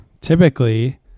typically